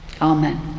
Amen